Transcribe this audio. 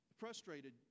frustrated